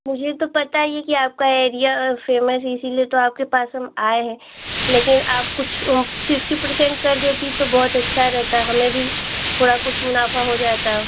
मुझे तो पता ही है कि आपका एरिया फ़ेमस है इसीलिए तो आपके पास हम आए हैं लेकिन आप कुछ फिफ्टी पर्सेन्ट कर देती तो बहुत अच्छा रहता हमें भी थोड़ा कुछ मुनाफ़ा हो जाता